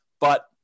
but-